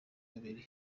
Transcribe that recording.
babiri